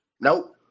Nope